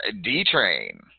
D-Train